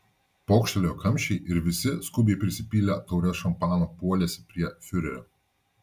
pokštelėjo kamščiai ir visi skubiai prisipylę taures šampano puolėsi prie fiurerio